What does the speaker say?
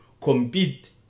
compete